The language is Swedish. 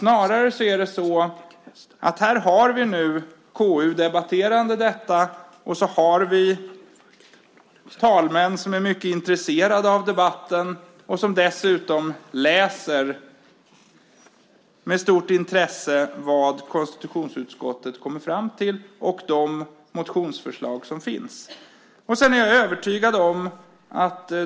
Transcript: Nu har vi KU debatterande detta, vi har talmän som är mycket intresserade av debatten och med stort intresse dessutom läser vad konstitutionsutskottet kommer fram till; det gäller även de motionsförslag som finns.